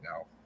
now